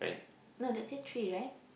no let's say tree right